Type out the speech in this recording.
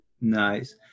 Nice